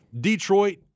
Detroit